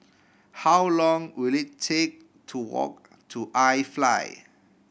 how long will it take to walk to I Fly